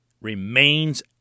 remains